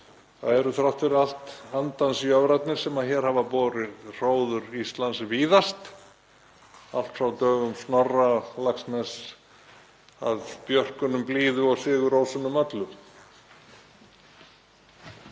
það eru þrátt fyrir allt andans jöfrarnir sem hér hafa borið hróður Íslands sem víðast, allt frá dögum Snorra, Laxness að Björkunum blíðu og Sigurrósunum öllum.